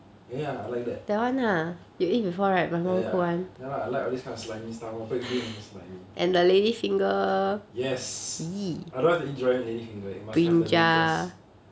ya ya I like that ya ya ya lah like all this kind of slimy stuff lor baked bean also slimy I don't like to eat dry lady finger it must have the mucous